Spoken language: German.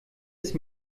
ist